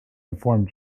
inform